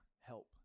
help